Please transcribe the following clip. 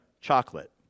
chocolate